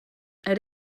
elle